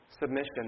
submission